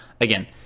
Again